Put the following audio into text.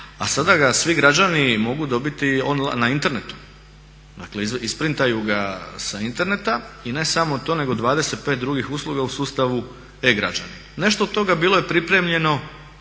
a sada ga svi građani mogu dobiti on line na internetu. Dakle isprintaju ga sa interneta. I ne samo to nego i 25 drugih usluga u sustavu e-građani. Nešto od toga bilo je pripremljeno